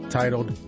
titled